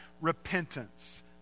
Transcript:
repentance